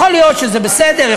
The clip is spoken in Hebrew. יכול להיות שזה בסדר,